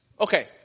Okay